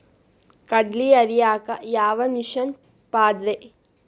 ಕಡ್ಲಿ ಹರಿಯಾಕ ಯಾವ ಮಿಷನ್ ಪಾಡ್ರೇ?